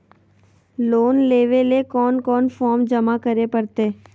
Loan लेवे ले कोन कोन फॉर्म जमा करे परते?